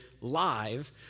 live